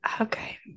okay